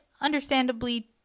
understandably